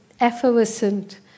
effervescent